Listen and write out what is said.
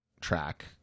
track